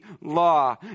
law